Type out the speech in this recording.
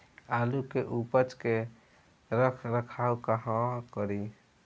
आलू के उपज के रख रखाव कहवा करी?